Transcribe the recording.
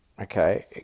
okay